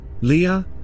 Leah